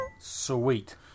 sweet